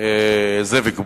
זאביק בוים,